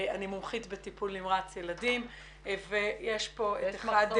אני מומחית בטיפול נמרץ ילדים ויש כאן אחד